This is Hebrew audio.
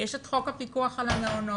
יש את חוק הפיקוח על המעונות,